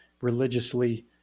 religiously